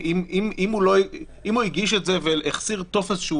אם הוא הגיש את זה והחסיר טופס,